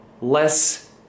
less